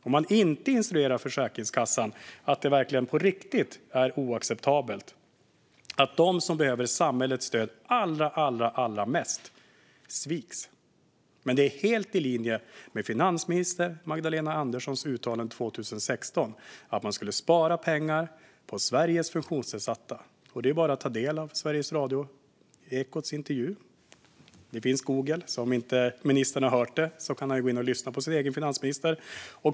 Om han inte instruerar Försäkringskassan att det verkligen på riktigt är oacceptabelt att de som behöver samhällets stöd allra mest sviks, är det helt i linje med finansminister Magdalena Anderssons uttalande 2016 att man skulle spara pengar på Sveriges funktionsnedsatta. Det är bara att ta del av Ekots intervju i Sveriges Radio. Det finns Google. Om ministern inte har hört det kan han gå in och lyssna på sin egen finansminister.